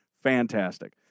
Fantastic